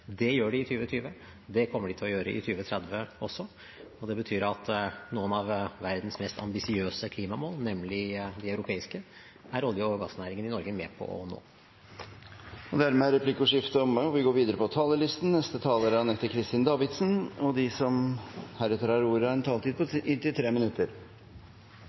Det gjør de i 2020, det kommer de til å gjøre i 2030 også, og det betyr at noen av verdens mest ambisiøse klimamål, nemlig de europeiske, er olje- og gassnæringen i Norge med på å nå. Dermed er replikkordskiftet omme. De talere som heretter får ordet, har en taletid på inntil 3 minutter. Norge har alltid vært omgitt av et rikt hav, og vi har